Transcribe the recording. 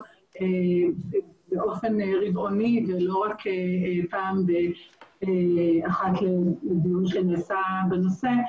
באופן רבעוני ולא רק פעם כשמתקיים דיון בנושא.